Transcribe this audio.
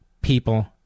people